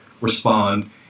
respond